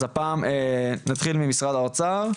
אז הפעם אנחנו נתחיל ממשרד האוצר,